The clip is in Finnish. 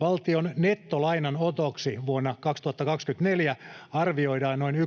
Valtion nettolainanotoksi vuonna 2024 arvioidaan noin 11,8